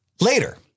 Later